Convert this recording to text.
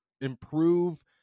improve